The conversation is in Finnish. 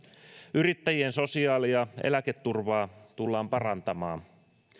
yrittäjien sosiaali ja eläketurvaa tullaan parantamaan